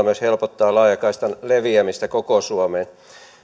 myös helpottaa laajakaistan leviämistä koko suomeen